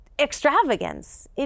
extravagance